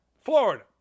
Florida